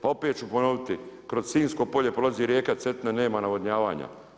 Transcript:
Pa opet ću ponoviti, kroz Sinjsko polje prolazi rijeka Cetina nema navodnjavanja.